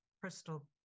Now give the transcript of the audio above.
Crystal